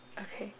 okay